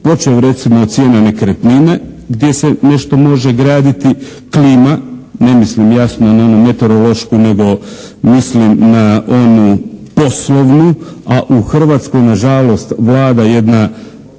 Počev recimo od cijena nekretnine gdje se nešto može graditi, klima ne mislim na onu meteorološku nego mislim na onu poslovnu, a u Hrvatskoj na žalost vlada jedna